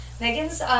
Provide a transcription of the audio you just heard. Megan's